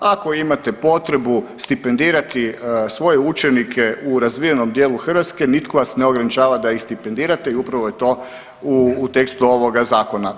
Ako imate potrebu stipendirati svoje učenike u razvijenom dijelu Hrvatske, nitko vas ne ograničava da ih stipendirate i upravo je to u tekstu ovog Zakona.